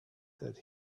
that